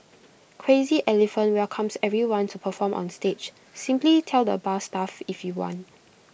crazy elephant welcomes everyone to perform on stage simply tell the bar staff if you want